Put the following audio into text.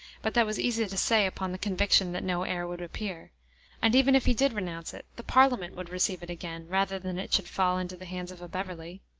but that was easy to say upon the conviction that no heir would appear and even if he did renounce it, the parliament would receive it again rather than it should fall into the hands of a beverley.